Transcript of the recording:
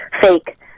fake